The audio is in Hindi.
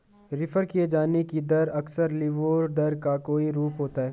रेफर किये जाने की दर अक्सर लिबोर दर का कोई रूप होता है